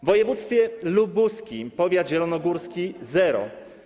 W województwie lubuskim: powiat zielonogórski - zero.